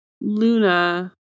Luna